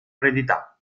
eredità